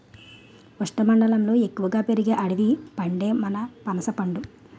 ఉష్ణమండలంలో ఎక్కువగా పెరిగే అడవి పండే మన పనసపండు